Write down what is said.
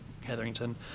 Hetherington